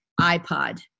iPod